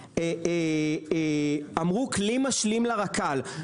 אמרו: כלי משלים לרכ"ל.